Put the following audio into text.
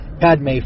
Padme